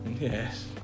Yes